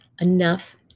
enough